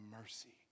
mercy